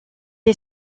est